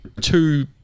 two